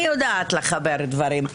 אני יודעת לחבר דברים.